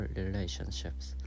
relationships